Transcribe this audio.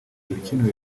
ibikenewe